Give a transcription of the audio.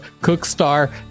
Cookstar